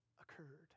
occurred